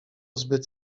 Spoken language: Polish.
zbyt